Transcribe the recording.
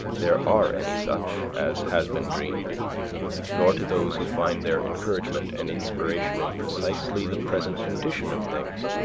there are any such, as has been dreamed nor to those who find their encouragement and inspiration in precisely the present condition of things,